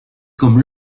comme